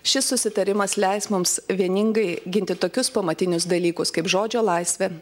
šis susitarimas leis mums vieningai ginti tokius pamatinius dalykus kaip žodžio laisvė